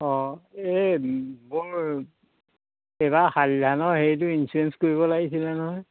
অঁ এ মোৰ এইবাৰ শালি ধানৰ হেৰিটো ইঞ্চোৰেঞ্চ কৰিব লাগিছিল নহয়